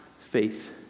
faith